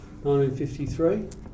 1953